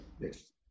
Yes